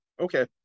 Okay